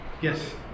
Yes